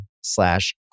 slash